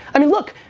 i mean, look,